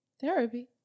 therapy